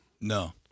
No